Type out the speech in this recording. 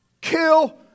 kill